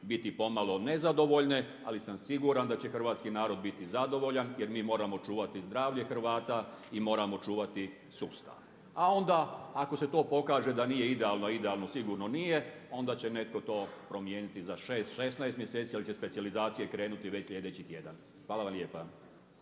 biti pomalo nezadovoljne ali sam siguran da će hrvatski narod biti zadovoljan jer mi moramo čuvati zdravlje Hrvata i moramo čuvati sustav. A onda ako se to pokaže da nije idealno a idealno sigurno nije, onda će netko to promijeniti za 6, 16 mjeseci ali će specijalizacije krenuti već sljedeći tjedan. Hvala vam lijepa.